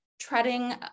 treading